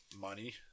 money